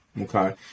Okay